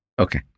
Okay